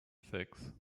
sechs